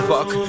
Fuck